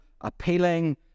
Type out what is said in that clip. appealing